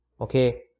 Okay